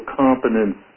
competence